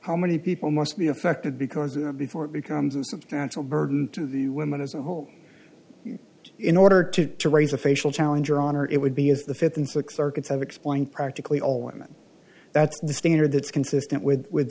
how many people must be affected because before it becomes a substantial burden to the women as a whole in order to raise a facial challenge or honor it would be as the fifth and sixth circuits of explain practically all women that's the standard that's consistent with with